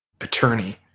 attorney